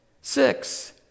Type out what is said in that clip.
six